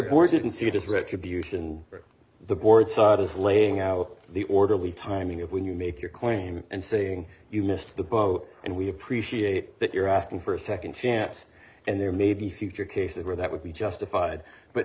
core didn't see just retribution for the board such as laying out the orderly timing of when you make your claim and saying you missed the boat and we appreciate that you're asking for a second chance and there may be future cases where that would be justified but